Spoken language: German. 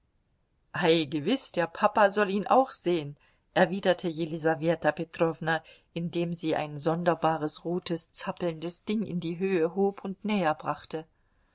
ei gewiß der papa soll ihn auch sehen erwiderte jelisaweta petrowna indem sie ein sonderbares rotes zappelndes ding in die höhe hob und näher brachte